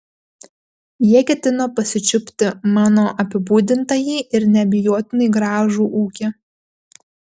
jie ketino pasičiupti mano apibūdintąjį ir neabejotinai gražų ūkį